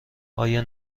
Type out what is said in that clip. آیا